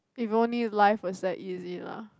if only life was that easy lah